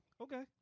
Okay